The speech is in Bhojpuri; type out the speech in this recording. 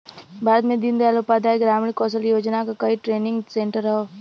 भारत में दीन दयाल उपाध्याय ग्रामीण कौशल योजना क कई ट्रेनिंग सेन्टर हौ